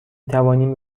توانیم